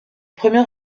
premier